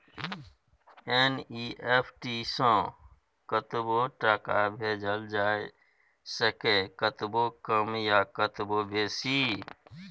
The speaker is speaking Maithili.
एन.ई.एफ.टी सँ कतबो टका भेजल जाए सकैए कतबो कम या कतबो बेसी